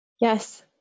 Yes